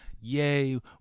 Yay